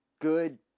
good